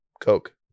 Coke